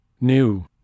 New